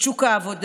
את שוק העבודה,